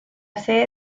sede